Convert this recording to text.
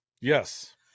Yes